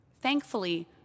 Thankfully